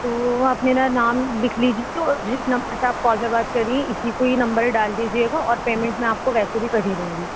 تو آپ میرا نام لکھ لیجیے اور جس نمبر سے آپ کال پہ بات کر رہی ہیں اسی کو یہی نمبر ڈال دیجیے گا اور پیمنٹ میں آپ کو ویسے بھی کر ہی دوں گی